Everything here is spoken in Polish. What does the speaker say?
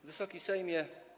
Wysoki Sejmie!